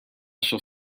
shall